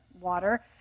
water